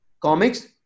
comics